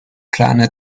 planet